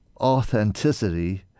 authenticity